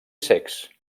cecs